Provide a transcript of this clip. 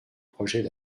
projets